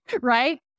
right